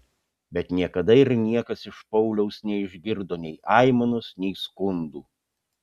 bet niekada ir niekas iš pauliaus neišgirdo nei aimanos nei skundų